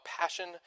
passion